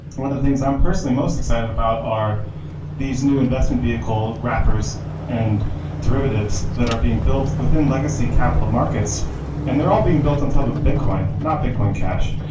one of the things i'm personally most excited about are these new investment vehicle, rappers and derivatives that are being built within legacy capital markets and they're all being built on top of bitcoin, not bitcoin cash.